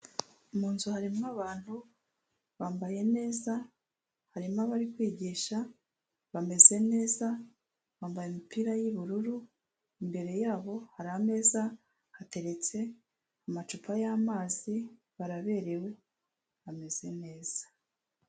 Mu nzu harimo abantu, bambaye neza, harimo abari kwigisha, bameze neza, bambaye imipira y'ubururu, imbere yabo hari ameza, hateretse amacupa y'amazi, baraberewe, bameze neza.